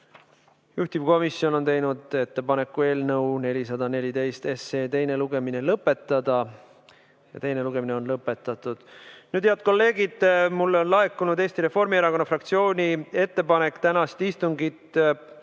Juhtivkomisjon on teinud ettepaneku eelnõu 414 teine lugemine lõpetada. Teine lugemine on lõpetatud. Nüüd, head kolleegid, mulle on laekunud Eesti Reformierakonna fraktsiooni ettepanek tänast istungit